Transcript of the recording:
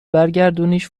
برگردونیش